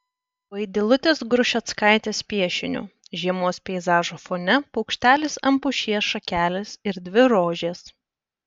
vaidilutės grušeckaitės piešiniu žiemos peizažo fone paukštelis ant pušies šakelės ir dvi rožės